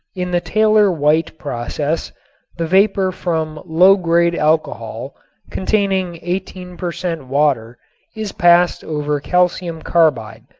in the taylor-white process the vapor from low-grade alcohol containing seventeen per cent. water is passed over calcium carbide.